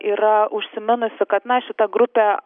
yra užsiminusi kad na šita grupė